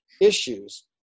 issues